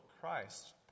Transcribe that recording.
Christ